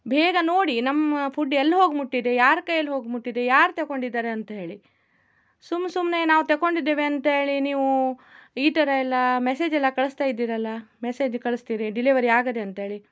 ಬೇಗ ನೋಡಿ ನಮ್ಮ ಫುಡ್ ಎಲ್ಲ ಹೋಗಿ ಮುಟ್ಟಿದೆ ಯಾರ ಕೈಲಿ ಹೋಗಿ ಮುಟ್ಟಿದೆ ಯಾರು ತಗೊಂಡಿದ್ದಾರೆ ಅಂಥೇಳಿ ಸುಮ್ ಸುಮ್ಮನೆ ನಾವು ತಗೊಂಡಿದ್ದೇವೆ ಅಂಥೇಳಿ ನೀವು ಈ ಥರ ಎಲ್ಲ ಮೆಸೇಜ್ ಎಲ್ಲ ಕಳಿಸ್ತಾ ಇದ್ದೀರಲ್ಲ ಮೆಸೇಜ್ ಕಳಿಸ್ತೀರಿ ಡಿಲಿವರಿ ಆಗಿದೆ ಅಂಥೇಳಿ